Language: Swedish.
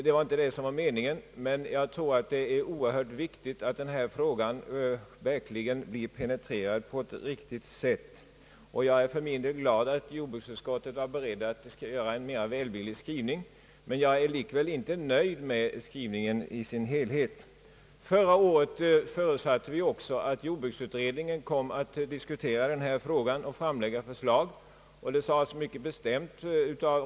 Det var inte det som var meningen, men jag tror att det är oerhört viktigt att den här frågan verkligen blir penetrerad på ett riktigt sätt, och jag är för min del glad åt att jordbruksutskottet var berett till en välvillig skrivning, ehuru jag inte är nöjd med skrivningen i dess helhet. Förra året förutsattes att jordbruksutredningen skulle komma att diskutera den här frågan och framlägga förslag.